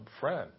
friend